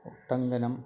उट्टङ्कनम्